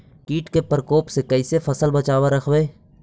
कीट के परकोप से कैसे फसल बचाब रखबय?